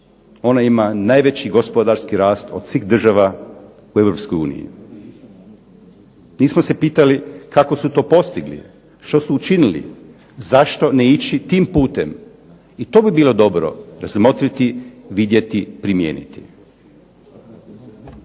ona ima najveći gospodarski rast od svih država u Europskoj uniji. Nismo se pitali kako su to postigli? Što su učinili? Zašto ne ići tim putem? I to bi bilo dobro, razmotriti, vidjeti, primijeniti.